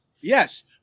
Yes